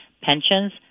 pensions